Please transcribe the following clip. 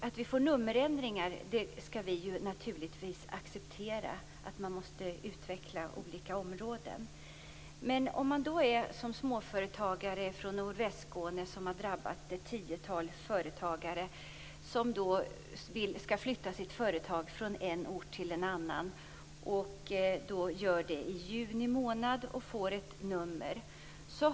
Att det blir nummerändringar får vi naturligtvis acceptera. Olika områden måste ju utvecklas. Ett tiotal småföretagare i nordvästra Skåne har dock drabbats av Telias nummerändringar. Det gäller företagare som skall flytta sina företag från en ort till en annan. Detta gjorde de i juni månad. De fick då ett nummer.